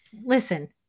listen